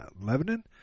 Lebanon